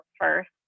first